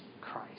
Christ